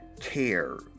care